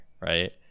right